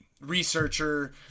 researcher